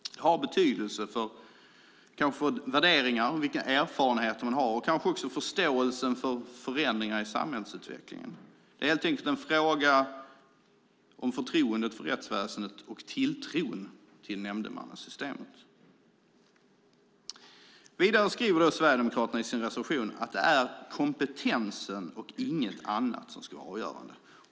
Det har betydelse för värderingar, erfarenheter och kanske också för förståelsen för förändringar i samhällsutvecklingen. Det är helt enkelt en fråga om förtroendet för rättsväsendet och tilltron till nämndemannasystemet. Vidare skriver Sverigedemokraterna i sin reservation att det är kompetensen och inget annat som ska vara avgörande.